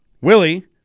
Willie